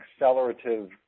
accelerative